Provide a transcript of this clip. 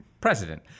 president